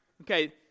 Okay